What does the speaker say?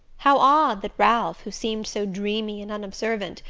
how odd that ralph, who seemed so dreamy and unobservant,